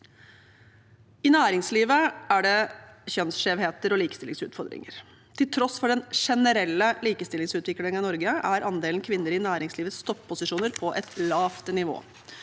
I næringslivet er det kjønnsskjevheter og likestillingsutfordringer. Til tross for den generelle likestillingsutviklingen i Norge er andelen kvinner i næringslivets topposisjoner på et lavt nivå,